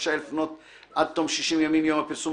רשאי לפנות עד תום 60 ימים מיום הפרסום